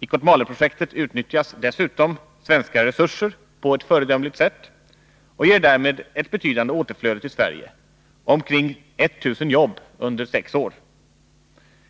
I fråga om Kotmaleprojektet utnyttjas dessutom svenska resurser på ett föredömligt sätt, och därmed skapas ett betydande återflöde till Sverige — omkring 1 000 jobb under sex år.